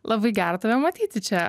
labai gera tave matyti čia